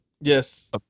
Yes